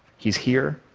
he's here.